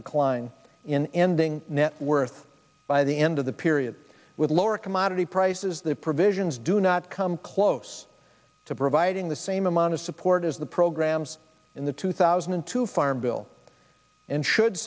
decline in ending net worth by the end of the period with lower commodity prices the provisions do not come close to providing the same amount of support as the programs in the two thousand and two farm bill and should